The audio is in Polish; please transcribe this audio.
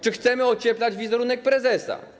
czy chcemy ocieplać wizerunek prezesa?